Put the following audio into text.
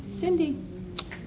Cindy